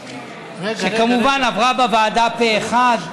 שכמובן עברה בוועדה פה אחד,